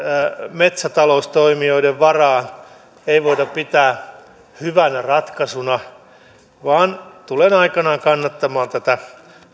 metsätaloustoimijoiden varaan ei voida pitää hyvänä ratkaisuna vaan tulen aikanaan kannattamaan tätä